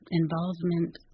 involvement